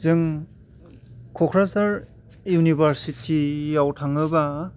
जों क'क्राझार इउनिभारसिटियाव थाङोबा